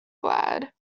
glad